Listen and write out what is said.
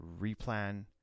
replan